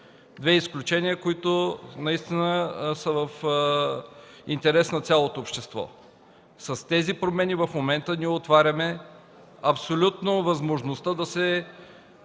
две изключения, които наистина са в интерес на цялото общество. С тези промени в момента отваряме абсолютно възможността да се